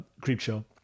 Creepshow